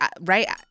right